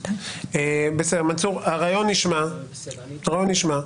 הרבה פעמים המידע שמגיע מעורכי הדין בוועדה - היכולת שלהם כל כך